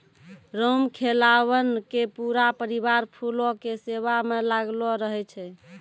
रामखेलावन के पूरा परिवार फूलो के सेवा म लागलो रहै छै